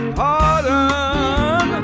pardon